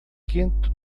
quente